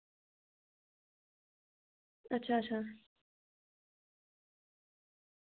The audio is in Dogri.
अच्छा अच्छा